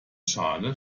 schale